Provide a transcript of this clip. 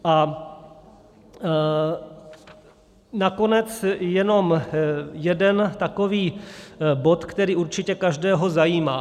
A nakonec jenom jeden takový bod, který určitě každého zajímá.